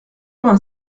vingt